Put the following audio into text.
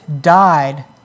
died